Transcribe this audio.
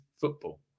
football